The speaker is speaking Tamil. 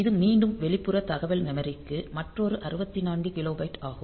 இது மீண்டும் வெளிப்புற தகவல் மெமரிக்கு மற்றொரு 64 கிலோபைட் ஆகும்